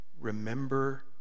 remember